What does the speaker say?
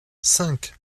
cinq